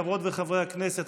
חברות וחברי הכנסת,